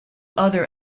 other